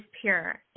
pure